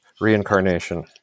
reincarnation